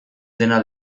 dena